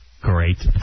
Great